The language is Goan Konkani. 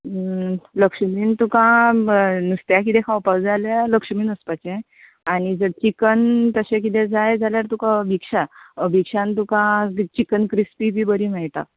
लक्ष्मीन तुका म नुस्त्या कितें खावपाक जाल्या लक्ष्मीन वचपाचें आनी जर चिकन तशें कितें जाय जाल्यार तुका अभिक्षा अभिक्षान तुका चिकन क्रिस्पी बी बरी मेळटा